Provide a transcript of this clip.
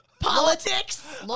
Politics